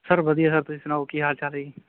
sir ਵਧੀਆ sir ਤੁਸੀਂ ਸੁਣਾਓ ਕੀ ਹਾਲ ਚਾਲ ਹੈ ਜੀ